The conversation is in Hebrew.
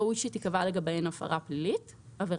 ראוי שתיקבע לגביהן עבירה פלילית.